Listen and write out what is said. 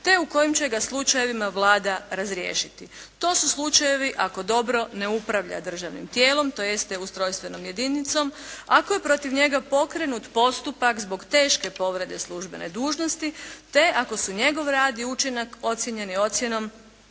te u kojem će ga slučajevima Vlada razriješiti. To su slučajevi ako dobro ne upravlja državnim tijelom, tj. ustrojstvenom jedinicom, ako je protiv njega pokrenut postupak zbog teške povrede službene dužnosti te ako su njegov rad i učinak ocijenjeni ocjenom